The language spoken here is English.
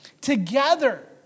Together